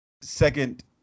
second